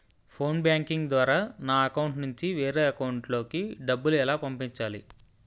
Phone banking ద్వారా నా account నుంచి వేరే అకౌంట్ లోకి డబ్బులు ఎలా పంపించాలి?